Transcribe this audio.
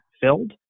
filled